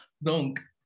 Donc